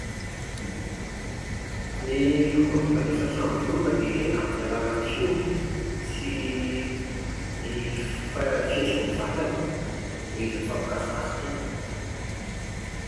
Ny fomba fifandraisan'ny samy vorona dia amin'ny alàlan'ny feony sy ny f-f-fihetsiky ny vatany, ilay izy mifampikasokasoka iny